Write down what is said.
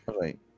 Right